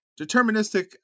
deterministic